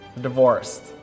divorced